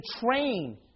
train